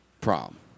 prom